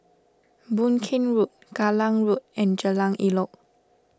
Boon Keng Road Kallang Road and Jalan Elok